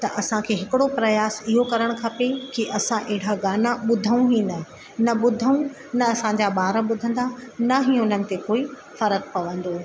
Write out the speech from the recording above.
त असांखे हिकिड़ो प्रयास इहो करणु खपे की असां अहिड़ा गाना ॿुधूं ई न न ॿुधूं न असांजा ॿार ॿुधंदा न ई उन्हनि ते कोई फ़र्क पवंदो